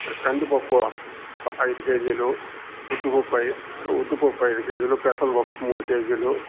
కందిపప్పు ఐదు కేజీలు ఉద్దిపప్పు ఐ ఉద్దిపప్పు ఐదు కేజీలు పెసరపప్పు మూడు కేజీలు